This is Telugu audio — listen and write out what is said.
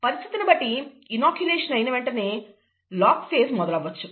పరిస్థితిని బట్టి ఇనొక్కులేషన్ అయిన వెంటనే లాగ్ ఫేజ్ మొదలు అవ్వచ్చు